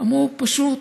אמרו: פשוט.